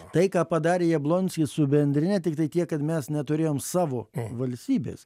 tai ką padarė jablonskis su bendrine tiktai tiek kad mes neturėjom savo valstybės